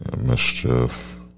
Mischief